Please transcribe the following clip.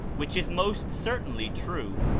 which is most certainly true,